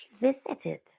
visited